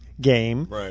game